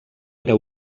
era